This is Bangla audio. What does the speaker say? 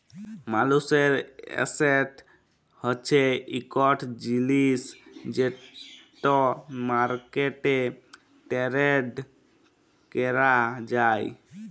মালুসের এসেট হছে ইকট জিলিস যেট মার্কেটে টেরেড ক্যরা যায়